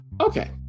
Okay